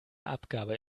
abgabe